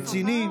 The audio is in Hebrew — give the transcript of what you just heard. רציני,